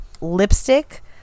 lipstick